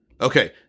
Okay